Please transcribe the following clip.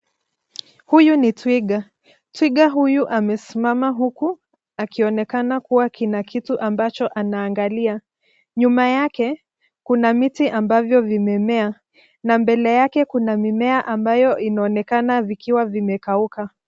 Huyu ni twiga. Twiga huyu amesimama huku akionekana kuwa kuna kitu ambacho anaangalia. Nyuma yake kuna miti ambavyo vimemea, na mbele yake kuna mimea ambayo inaonekana vikiwa vimekauka.